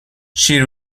she